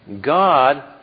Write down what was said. God